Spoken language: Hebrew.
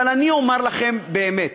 אבל אני אומר לכם, באמת,